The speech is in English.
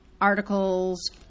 articles